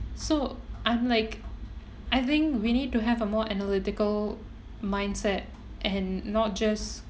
so I'm like I think we need to have a more analytical mindset and not just